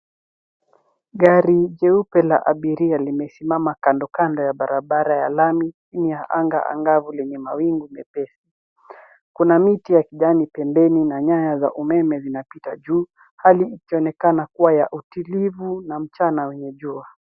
Gari jeupe la abiria limesimama kando kando ya barabara ya lami chini ya anga angavu lenye mawingu mepesi. Kuna miti ya kijani pembeni na nyaya za umeme zinapita juu. Hali ikionekana kuwa ya utulivu na mchana wenye jua.